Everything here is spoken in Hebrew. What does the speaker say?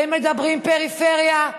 הם מדברים פריפריה,